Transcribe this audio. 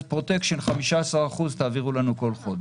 אז תעבירו לנו 15% פרוטקשן כל חודש.